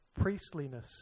Priestliness